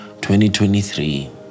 2023